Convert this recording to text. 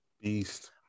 beast